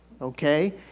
okay